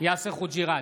יאסר חוג'יראת,